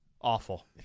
Awful